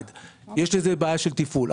יש בזה בעיה של תפעול.